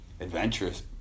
adventurous